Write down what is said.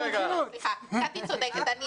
קטי צודקת.